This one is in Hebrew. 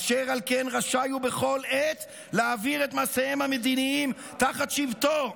אשר על כן רשאי הוא בכל עת להעביר את מעשיהם המדיניים תחת שבטו,